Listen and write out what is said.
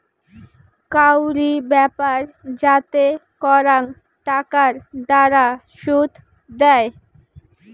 কাউরি ব্যাপার যাতে করাং টাকার দ্বারা শুধ দেয়